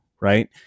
right